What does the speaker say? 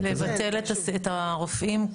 לבטל את הרופאים?